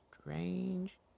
strange